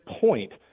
point